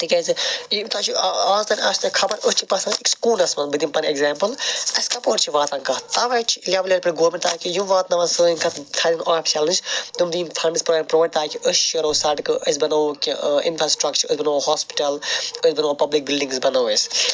تکیازِ آز تانۍ آسہ نہٕ أسۍ چھِ خَبَر أسۍ چھِ بَسان أکِس کوٗنَس مَنٛز بہٕ دمہ پَنن ایٚگزامپل اَسہِ کَپٲرۍ چھِ واتان کتھ اوے چھِ لیٚولہ پیٚٹھ گورمنٹ تاکہ یِم واتناوَن سٲنۍ کتھ تھَدیٚن آفشَلَن نِش تِم دِیِن فَنڈس پرۄوایڈ تاکہ أسۍ شیرو سَڑکہٕ أسۍ بناوو کینٛہہ اِنفراسٹرکچَر أسۍ بناوو ہاسپِٹَل أسۍ بناوو پَبلِک بِلڈِنٛگس بَناوو أسۍ